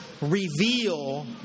reveal